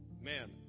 man